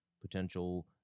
potential